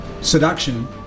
Seduction